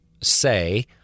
say